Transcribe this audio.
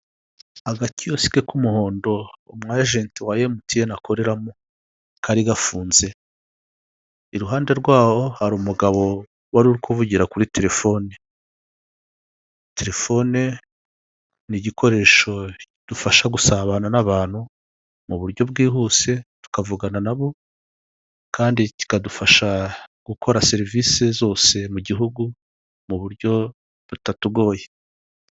Agakiyosike k'umuhondo umwajenti wa emutiyeni akoreramo, kari gafunze. Iruhande rwaho hari umugabo wari uri kuvugira kuri telefoni. Telefone ni igikoresho kidufasha gusabana n'abantu mu buryo bwihuse tukavugana nabo kandi kikadufasha gukora serivisi zose mu gihugu mu buryo butatugoye.